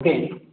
okay